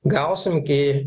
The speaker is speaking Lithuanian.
gausim iki